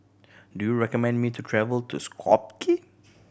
do you recommend me to travel to Skopje